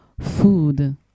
food